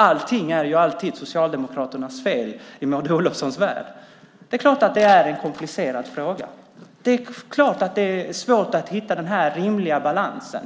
Allting är ju alltid Socialdemokraternas fel i Maud Olofssons värld. Det är klart att det är en komplicerad fråga. Det är klart att det är svårt att hitta den rimliga balansen